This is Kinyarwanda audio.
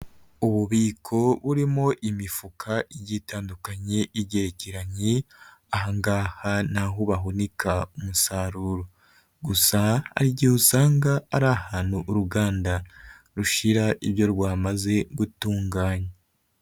Ububiko burimo imifuka igiye itandukanye igerekeranye, aha ngaha ni aho bahunika umusaruro, gusa hari igihe usanga ari ahantu uruganda, rushira ibyo rwamaze gutunganya.